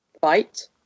fight